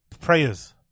prayers